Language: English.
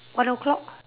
one o-clock